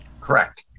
Correct